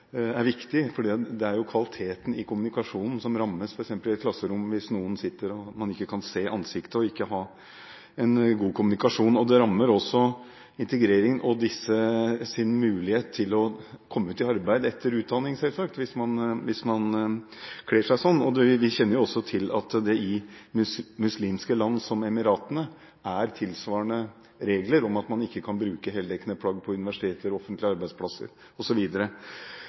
er viktig, for det er jo kvaliteten i kommunikasjonen som rammes f.eks. i et klasserom hvis man ikke kan se ansiktet og ikke ha en god kommunikasjon. Det rammer selvsagt også integrering og muligheten til å komme ut i arbeid etter utdanning hvis man kler seg sånn. Vi kjenner også til at det i muslimske land som Emiratene er tilsvarende regler, om at man ikke kan bruke heldekkende plagg på universiteter og offentlige arbeidsplasser